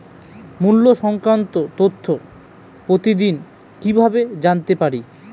মুল্য সংক্রান্ত তথ্য প্রতিদিন কিভাবে জানতে পারি?